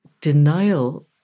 denial